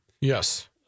Yes